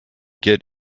get